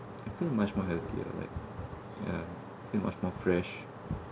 I feel much more healthy ah like yeah feel much more fresh